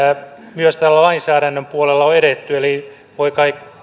myös tällä lainsäädännön puolella on on edetty eli voi kai